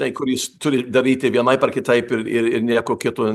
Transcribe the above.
tai kuris turi daryti vienaip ar kitaip ir ir ir nieko kito